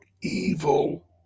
evil